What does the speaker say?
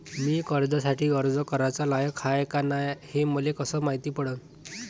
मी कर्जासाठी अर्ज कराचा लायक हाय का नाय हे मले कसं मायती पडन?